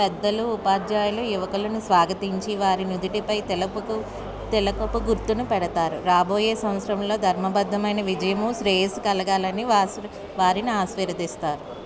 పెద్దలు ఉపాధ్యాయులు యువకులను స్వాగతించి వారి నుదుటిపై తిలకపు తిలకపు గుర్తును పెడతారు రాబోయే సంవత్సరంలో ధర్మబద్ధమైన విజయము శ్రేయస్సు కలగాలని వాస్ వారిని ఆశీర్వదిస్తారు